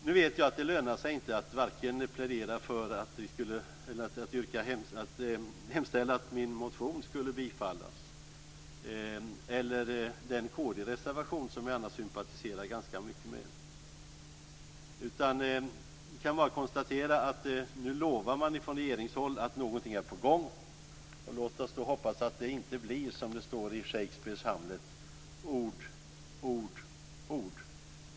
Nu vet jag att det inte lönar sig att hemställa att min motion eller den kd-reservation som jag annars sympatiserar ganska mycket med skall bifallas. Vi kan bara konstatera att man nu lovar från regeringshåll att någonting är på gång. Låt oss då hoppas att det inte blir - som det står i Shakespeares Hamlet - ord, ord, ord.